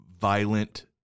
violent